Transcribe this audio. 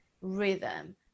rhythm